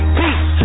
peace